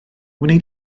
wnei